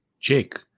Jake